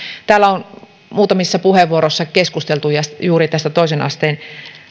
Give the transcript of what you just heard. täällä on muutamissa puheenvuoroissa keskusteltu juuri tästä toisen asteen